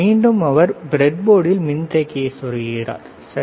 மீண்டும் அவர் ப்ரெட்போர்டில் மின்தேக்கியைச் சொருகுகிறார் சரி